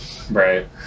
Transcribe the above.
right